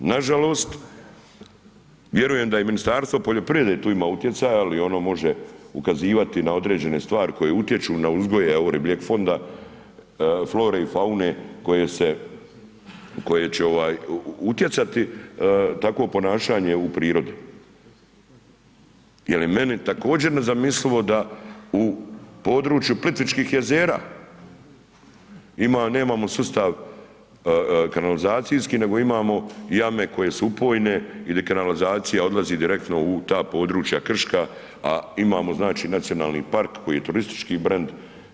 Nažalost, vjerujem da i Ministarstvo poljoprivrede tu ima utjecaj, ali ono može ukazivati na određene stvari koje utječu na uzgoj ribljeg fonda, flore i faune koje će utjecati takvo ponašanje u prirodi jel i meni također nezamislivo da u području Plitvičkih jezera nemamo sustav kanalizacijski, nego imamo jame koje su upojne ili kanalizacija odlazi direktno u ta područja krška, a imamo znači nacionalni park koji je turistički brend.